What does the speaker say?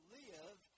live